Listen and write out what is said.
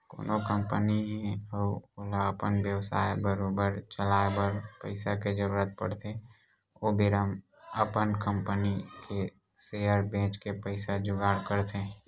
कोनो कंपनी हे अउ ओला अपन बेवसाय बरोबर चलाए बर पइसा के जरुरत पड़थे ओ बेरा अपन कंपनी के सेयर बेंच के पइसा जुगाड़ करथे